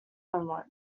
homework